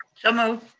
so moved.